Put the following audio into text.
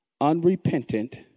unrepentant